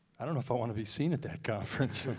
i don't know if i want to be seen at that conference.